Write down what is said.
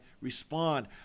respond